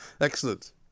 Excellent